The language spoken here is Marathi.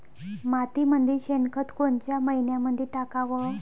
मातीमंदी शेणखत कोनच्या मइन्यामंधी टाकाव?